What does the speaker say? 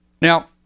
Now